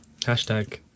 Hashtag